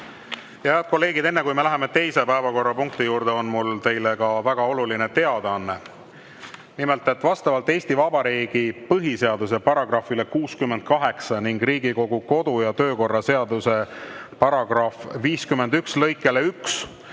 Head kolleegid, enne kui me läheme teise päevakorrapunkti juurde, on mul teile väga oluline teadaanne. Nimelt, vastavalt Eesti Vabariigi põhiseaduse §‑le 68 ning Riigikogu kodu‑ ja töökorra seaduse § 51 lõikele 1